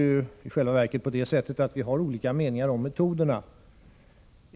I själva verket har vi ju olika meningar om metoderna.